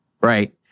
right